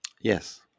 Yes